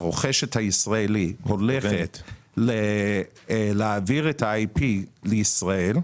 הרוכשת הישראלית הולכת להעביר את ה-IP לישראל,